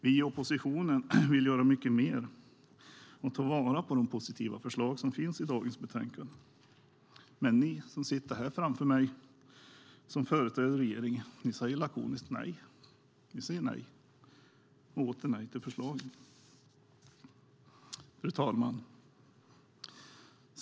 Vi i oppositionen vill göra mycket mer och ta vara på de positiva förslag som finns i dagens betänkande. Men ni som sitter här framför mig och som företräder regeringen säger lakoniskt nej. Ni säger nej och åter nej till förslagen. Fru talman!